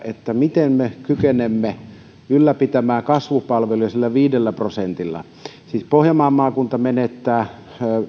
miten me kykenemme ylläpitämään kasvupalveluja sillä viidellä prosentilla siis pohjanmaan maakunta menettää